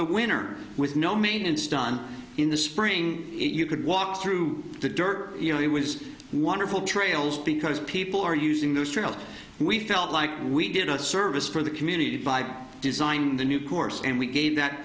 the winner with no maintenance done in the spring you could walk through the door it was wonderful trails because people are using those trails and we felt like we did a service for the community by designing the new course and we gave that